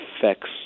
affects